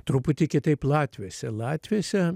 truputį kitaip latviuose latviuose